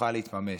יוכל להתממש.